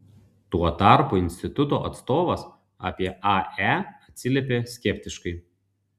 tuo tarpu instituto atstovas apie ae atsiliepė skeptiškai